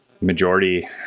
majority